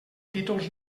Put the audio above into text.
títols